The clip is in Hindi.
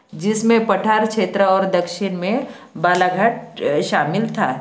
जिसमें पठार क्षेत्र और दक्षिण में बालाघाट शामिल था